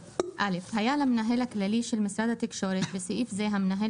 88כד.בירור מנהלי היה למנהל הכללי של משרד התקשורת (בסעיף זה המנהל